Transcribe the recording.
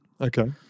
Okay